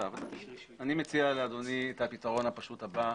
אני מציע לאדוני את הפתרון הפשוט הבא,